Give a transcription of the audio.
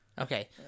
Okay